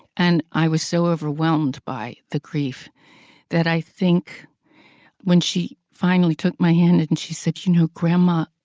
and i was so overwhelmed by the grief that i think when she finally took my hand and and she said, you know, grandma,